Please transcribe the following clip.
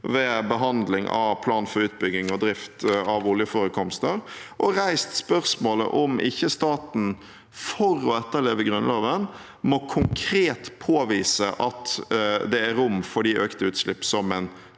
ved behandling av plan for utbygging og drift av oljeforekomster, og reist spørsmålet om ikke staten, for å etterleve Grunnloven, konkret må påvise at det er rom for de økte utslippene som en